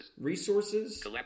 resources